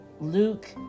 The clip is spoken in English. Luke